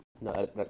no